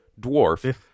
dwarf